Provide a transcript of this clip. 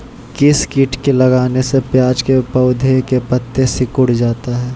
किस किट के लगने से प्याज के पौधे के पत्ते सिकुड़ जाता है?